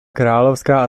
královská